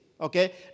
Okay